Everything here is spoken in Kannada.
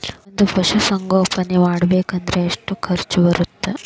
ಒಂದ್ ಪಶುಸಂಗೋಪನೆ ಮಾಡ್ಬೇಕ್ ಅಂದ್ರ ಎಷ್ಟ ಖರ್ಚ್ ಬರತ್ತ?